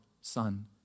Son